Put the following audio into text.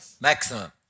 Maximum